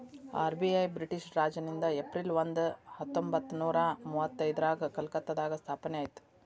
RBI British ರಾಜನಿಂದ April ಒಂದ ಹತ್ತೊಂಬತ್ತನೂರ ಮುವತ್ತೈದ್ರಾಗ ಕಲ್ಕತ್ತಾದಾಗ ಸ್ಥಾಪನೆ ಆಯ್ತ್